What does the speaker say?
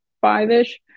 five-ish